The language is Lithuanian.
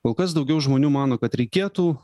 kol kas daugiau žmonių mano kad reikėtų